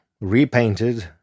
repainted